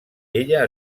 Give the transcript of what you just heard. ella